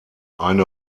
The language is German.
eine